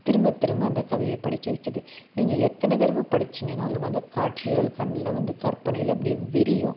திரும்ப திரும்ப அந்த கதையை படிக்க வைக்குது நீங்கள் எத்தனை தடவை படித்தீங்கனாலும் அந்த காட்சிகள் கண்ணில் வந்து கற்பனையில் அப்படியே விரியும்